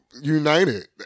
United